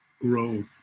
grow